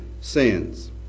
sins